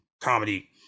comedy